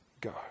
go